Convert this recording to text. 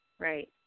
Right